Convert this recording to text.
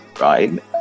right